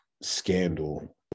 scandal